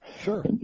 Sure